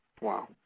Wow